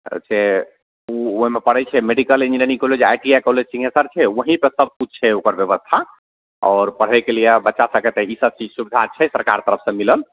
ओ ओहिमे पढ़ै छै medical engineering college I T I college Singheshwar छै वहीँपर सबकिछु छै ओकर बेबस्था आओर पढ़ैके लिए बच्चा सभकेँ तऽ ईसब चीज सुविधा छै सरकार तरफसे मिलल